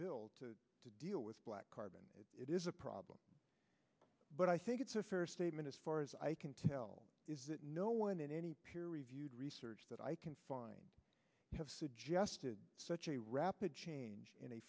bill to deal with black carbon it is a problem but i think it's a fair statement as far as i can tell is that no one in any peer reviewed research that i can find have suggested such a rapid change in a